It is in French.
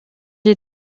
est